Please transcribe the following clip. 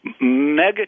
mega